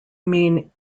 mean